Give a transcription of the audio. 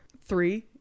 three